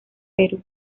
perú